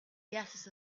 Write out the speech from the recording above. gases